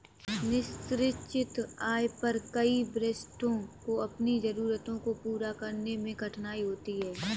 निश्चित आय पर कई वरिष्ठों को अपनी जरूरतों को पूरा करने में कठिनाई होती है